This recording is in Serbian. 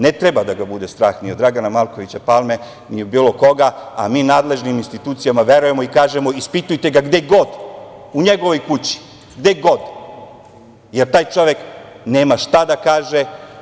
Ne treba da ga bude strah ni od Dragana Markovića Palme, ni od bilo koga, a mi nadležnim institucijama verujemo i kažemo – ispitajte ga gde god, u njegovoj kući, gde god, jer taj čovek nema šta da kaže.